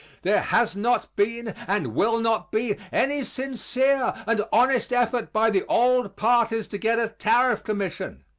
there has not been and will not be any sincere and honest effort by the old parties to get a tariff commission.